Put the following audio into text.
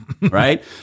Right